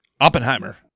Oppenheimer